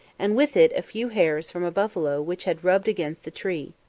and with it a few hairs from a buffalo which had rubbed against the tree.